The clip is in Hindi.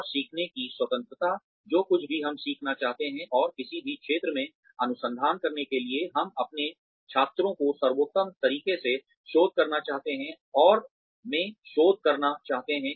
और सीखने की स्वतंत्रता जो कुछ भी हम सीखना चाहते हैं और किसी भी क्षेत्र में अनुसंधान करने के लिए हम अपने छात्रों को सर्वोत्तम तरीके से शोध करना चाहते हैं और में शोध करना चाहते हैं